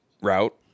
route